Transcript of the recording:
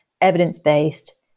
evidence-based